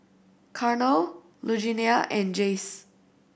Carnell Lugenia and Jace